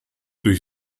durch